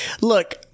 look